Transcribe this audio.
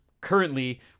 currently